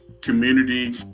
community